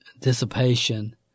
Dissipation